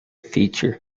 feature